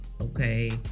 okay